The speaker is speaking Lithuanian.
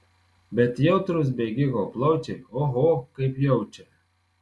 bet jautrūs bėgiko plaučiai oho kaip jaučia